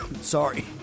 Sorry